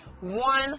One